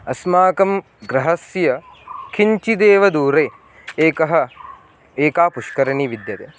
अस्माकं गृहस्य किञ्चिदेव दूरे एकः एका पुष्करिणी विद्यते